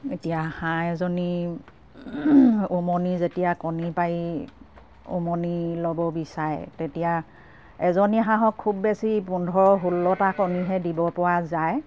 এতিয়া হাঁহ এজনী উমনি যেতিয়া কণী পাৰি উমনি ল'ব বিচাৰে তেতিয়া এজনী হাঁহক খুব বেছি পোন্ধৰ ষোল্লতা কণীহে দিব পৰা যায়